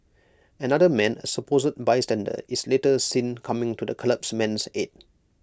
another man A supposed bystander is later seen coming to the collapsed man's aid